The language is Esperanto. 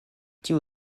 tiu